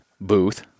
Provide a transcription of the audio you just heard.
booth